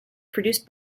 produced